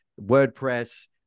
WordPress